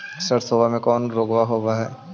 सरसोबा मे कौन रोग्बा होबय है?